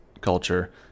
culture